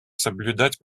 соблюдать